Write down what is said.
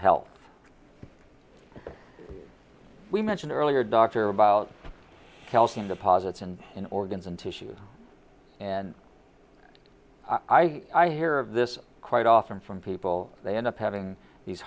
health we mentioned earlier doctor about calcium deposits and in organs and tissues and i hear of this quite often from people they end up having these